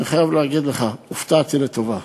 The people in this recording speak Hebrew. אני חייב להגיד לך, הופתעתי לטובה,